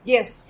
Yes